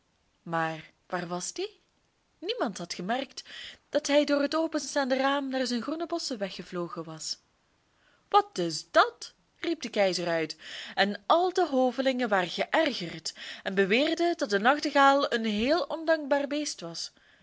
maar waar was die niemand had gemerkt dat hij door het openstaande raam naar zijn groene bosschen weggevlogen was wat is dat riep de keizer uit en al de hovelingen waren geërgerd en beweerden dat de nachtegaal een heel ondankbaar beest was